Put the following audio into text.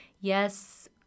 Yes